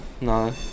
No